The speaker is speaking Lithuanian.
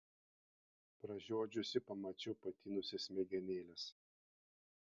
pražiodžiusi pamačiau patinusias smegenėles